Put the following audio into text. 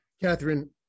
Catherine